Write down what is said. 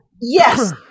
Yes